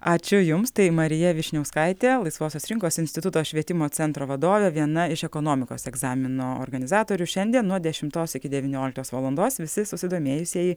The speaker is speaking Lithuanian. ačiū jums tai marija vyšniauskaitė laisvosios rinkos instituto švietimo centro vadovė viena iš ekonomikos egzamino organizatorių šiandien nuo dešimtos iki devynioliktos valandos visi susidomėjusieji